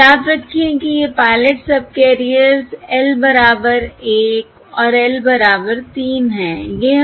और याद रखें कि ये पायलट सबकैरियर्स L बराबर 1 और L बराबर 3 हैं